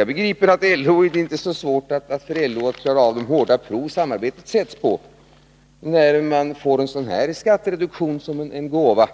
Jag begriper att det för LO inte är så svårt att klara av de hårda prov samarbetet sätts på, när man får en sådan här skattereduktion som en gåva